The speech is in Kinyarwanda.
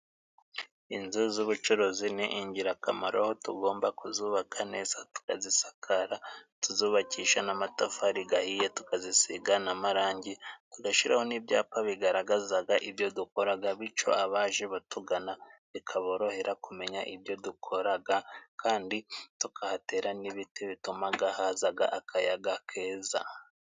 Inzu z'ubucuruzi ni ingirakamaro tugomba kuzubaka neza tukazisakara tuzubakisha n'amatafari gahiye, tukazisiga n'amarangi tugashyiraho n'ibyapa bigaragazaga ibyo dukoraga, bityo abaje batugana bikaborohera kumenya ibyo dukoraga kandi tukahatera n'ibiti bitumaga hazaga akayaga keza.